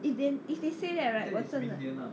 if they if they say that right 我真的